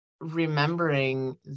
remembering